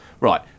right